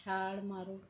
ਛਾਲ਼ ਮਾਰੋ